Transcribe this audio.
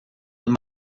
wenn